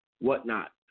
whatnot